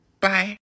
Bye